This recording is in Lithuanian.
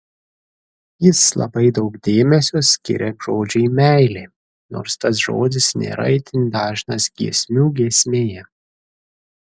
jis labai daug dėmesio skiria žodžiui meilė nors tas žodis nėra itin dažnas giesmių giesmėje